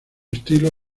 estilo